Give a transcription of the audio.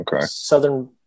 Southern